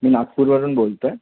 मी नागपूरवरून बोलतो आहे